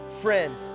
friend